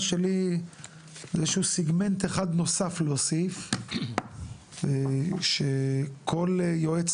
שאיזשהו סגמנט אחד נוסף להוסיף שכל יועץ